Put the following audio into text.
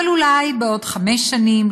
אבל אולי בעוד חמש שנים,